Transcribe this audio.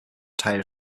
teil